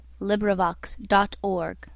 LibriVox.org